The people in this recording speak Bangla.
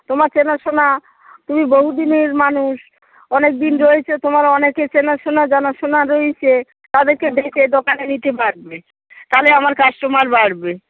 তোমার চেনাশোনা তুমি বহু দিনের মানুষ অনেক দিন রয়েছ তোমার অনেকে চেনাশোনা জানাশোনা রয়িচে তাদেরকে ডেকে দোকানে নিতি পারবে তালে আমার কাস্টমার বাড়বে